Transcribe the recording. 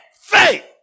faith